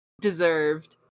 Deserved